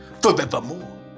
Forevermore